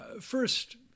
First